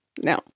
No